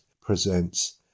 presents